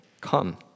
come